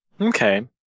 Okay